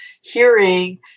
hearing